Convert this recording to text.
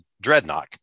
Dreadnought